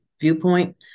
viewpoint